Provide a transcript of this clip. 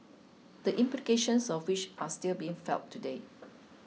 the implications of which are still being felt today